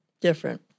different